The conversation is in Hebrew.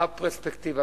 הפרספקטיבה,